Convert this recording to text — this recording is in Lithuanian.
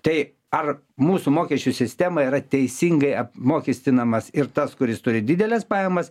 tai ar mūsų mokesčių sistema yra teisingai apmokestinamas ir tas kuris turi dideles pajamas